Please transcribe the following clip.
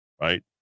right